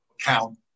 count